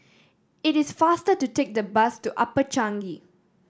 it is faster to take the bus to Upper Changi